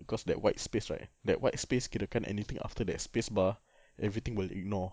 because that white space right that white space kirakan anything after that space bar everything will ignore